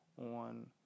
on